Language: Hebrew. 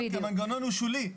כי המנגנון הוא שולי.